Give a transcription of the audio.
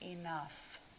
enough